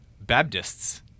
Baptists